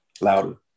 Louder